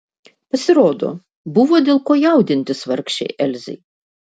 pasirodo buvo dėl ko jaudintis vargšei elzei